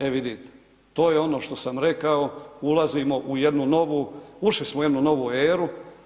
E vidite, to je ono što sam rekao ulazimo u jednu novu, ušli smo u jednu novu euru.